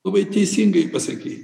labai teisingai pasakei